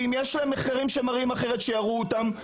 אם יש להם מחקרים שמראים אחרת - שיראו אותם,